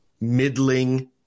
middling